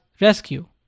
rescue